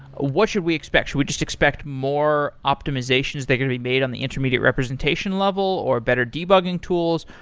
what should we expect? should we just expect more optimizations that are going to be made on the intermediate representation level, or better debugging tools,